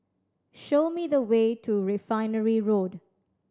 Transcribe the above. show me the way to Refinery Road